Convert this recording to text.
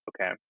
okay